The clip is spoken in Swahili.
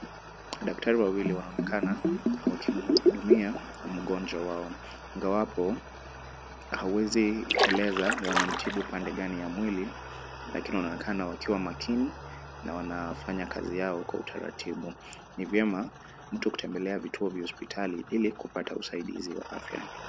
Daktari wawili wanaonekana wakimhudumia mgonjwa wao, ingawapo hawezi eleza wanamtibu pande gani ya mwili lakini wanaonekana wakiwa makini na wanafanya kazi yao kwa utaratibu. Ni vyema mtu kutembelea vituo vya hospitali ili kupata usaidizi wa afya.